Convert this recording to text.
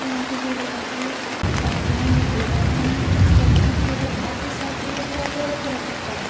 पूण आता कितें जालें की ऑन्लाइन घेतलें कारणान तेंचे कितें धा दिसांक तो परत करूंक शकता